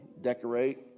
decorate